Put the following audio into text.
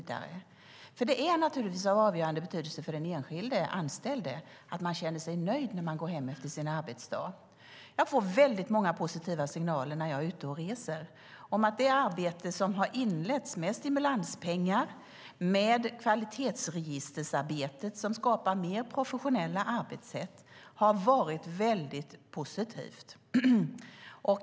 Det är naturligtvis av avgörande betydelse för den enskilda anställda att man känner sig nöjd när man går hem efter sin arbetsdag. När jag är ute och reser får jag väldigt många positiva signaler om att det arbete som har inletts med stimulanspengar och med kvalitetsregisterarbetet som skapar mer professionella arbetssätt har varit väldigt positivt.